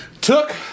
Took